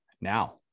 now